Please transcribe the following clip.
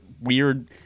weird